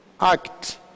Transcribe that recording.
act